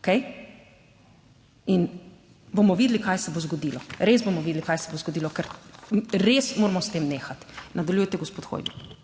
Okej? In bomo videli, kaj se bo zgodilo. Res bomo videli, kaj se bo zgodilo, ker res moramo s tem nehati. Nadaljujte, gospod Hoivik.